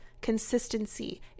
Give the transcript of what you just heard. consistency